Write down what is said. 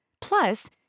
Plus